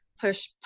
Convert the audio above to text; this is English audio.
push